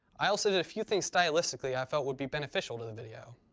i also did a few things stylistically i felt would be beneficial to the video.